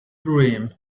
dream